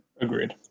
Agreed